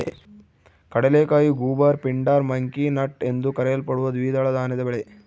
ಕಡಲೆಕಾಯಿ goober pindar monkey nut ಎಂದೂ ಕರೆಯಲ್ಪಡುವ ದ್ವಿದಳ ಧಾನ್ಯದ ಬೆಳೆ